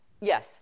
Yes